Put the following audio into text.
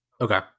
Okay